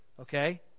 Okay